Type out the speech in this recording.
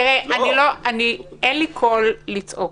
אין לי קול לצעוק.